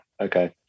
Okay